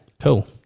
Cool